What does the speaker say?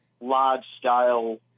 large-scale